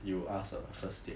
you ask on the first date